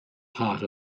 part